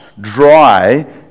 dry